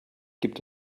gibt